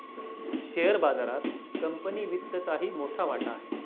share बाजारात company वित्तचाही मोठा वाटा आहे